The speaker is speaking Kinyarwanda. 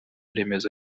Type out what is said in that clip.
remezo